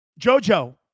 JoJo